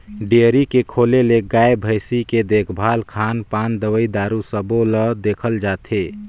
dairy के खोले ले गाय, भइसी के देखभाल, खान पान, दवई दारू सबो ल देखल जाथे